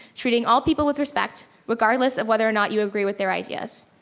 treating all people with respect, regardless of whether or not you agree with their ideas.